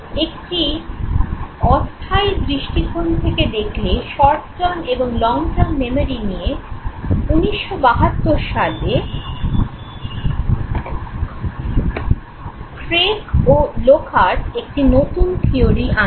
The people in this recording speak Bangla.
একটি অস্থায়ী দৃষ্টিকোণ থেকে দেখলে শর্ট টার্ম এবং লং টার্ম মেমোরি নিয়ে 1972 সালে ক্রেইক ও লোখারট একটি নতুন থিয়োরি আনেন